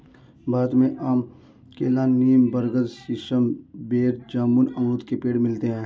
भारत में आम केला नीम बरगद सीसम बेर जामुन अमरुद के पेड़ मिलते है